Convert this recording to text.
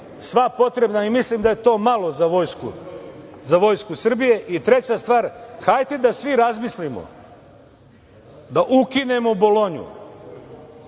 sva potrebna. Mislim da je to malo za vojsku Srbije i treća stvar, hajde da svi razmislimo da ukinemo Bolonju,